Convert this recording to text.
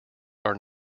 are